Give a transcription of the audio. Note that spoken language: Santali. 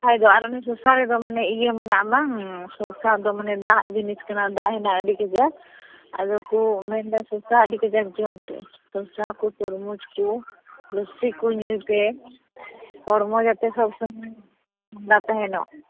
ᱵᱟᱠᱷᱟᱱ ᱫᱚ ᱟᱨ ᱚᱱᱮ ᱥᱚᱥᱟ ᱨᱮᱫᱚ ᱢᱟᱱᱮ ᱤᱭᱟᱹ ᱢᱮᱱᱟᱜᱼᱟ ᱵᱟᱝ ᱥᱚᱥᱟ ᱫᱚ ᱢᱟᱱᱮ ᱫᱟᱜ ᱡᱤᱱᱤᱥ ᱠᱟᱱᱟ ᱫᱟᱜ ᱦᱮᱱᱟᱜ ᱟᱹᱰᱤ ᱠᱟᱡᱟᱠ ᱟᱫᱚᱠᱚ ᱢᱮᱱᱫᱟ ᱥᱚᱥᱟ ᱟᱹᱰᱤ ᱠᱟᱡᱟᱠ ᱡᱚᱢ ᱯᱮ ᱥᱚᱥᱟ ᱠᱚ ᱛᱩᱨᱢᱩᱡᱽ ᱠᱚ ᱞᱚᱥᱥᱤ ᱠᱚ ᱧᱩᱭ ᱯᱮ ᱦᱚᱲᱢᱚ ᱡᱟᱛᱮ ᱥᱚᱵᱽᱥᱚᱢᱳᱭ ᱴᱷᱟᱱᱰᱟ ᱛᱟᱦᱮᱱᱚᱜ